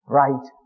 right